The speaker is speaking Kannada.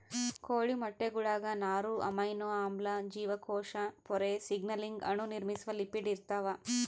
ಕೋಳಿ ಮೊಟ್ಟೆಗುಳಾಗ ನಾರು ಅಮೈನೋ ಆಮ್ಲ ಜೀವಕೋಶ ಪೊರೆ ಸಿಗ್ನಲಿಂಗ್ ಅಣು ನಿರ್ಮಿಸುವ ಲಿಪಿಡ್ ಇರ್ತಾವ